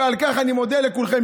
ועל כך אני מודה לכולכם.